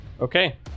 Okay